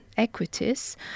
Equities